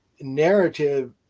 narrative